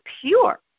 pure